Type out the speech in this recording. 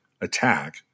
attack